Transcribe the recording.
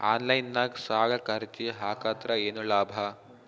Online ನಾಗ್ ಸಾಲಕ್ ಅರ್ಜಿ ಹಾಕದ್ರ ಏನು ಲಾಭ?